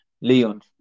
Leon